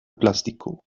plástico